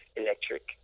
electric